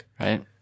Right